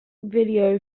video